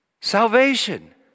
salvation